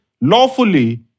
lawfully